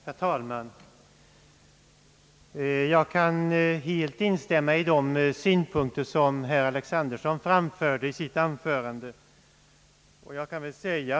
Herr talman! Jag kan helt instämma i de synpunkter som herr Alexanderson framförde i sitt anförande.